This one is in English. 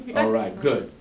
all right. good.